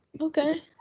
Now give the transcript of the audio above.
Okay